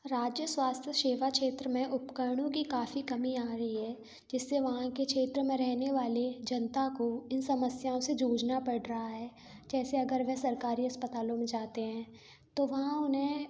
राज्य स्वास्थ्य सेवा क्षेत्र में उपकरणों की काफी कमी आ रही है जिससे वहाँ के क्षेत्र में रहने वाले जनता को इन समस्याओं से जूझना पड़ रहा है जैसे अगर वह सरकारी अस्पतालों में जाते हैं तो वहाँ उन्हें